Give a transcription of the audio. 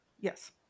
Yes